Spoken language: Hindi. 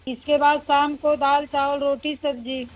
इसके बाद शाम को दाल चावल रोटी सब्जी